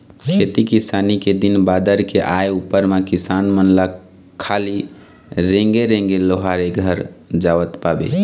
खेती किसानी के दिन बादर के आय उपर म किसान मन ल खाली रेंगे रेंगे लोहारे घर जावत पाबे